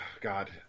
God